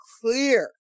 clear